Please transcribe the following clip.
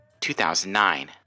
2009